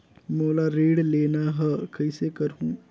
मोला ऋण लेना ह, कइसे करहुँ?